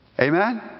Amen